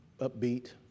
upbeat